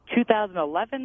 2011